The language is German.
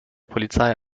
polizei